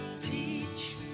teach